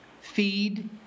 feed